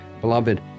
Beloved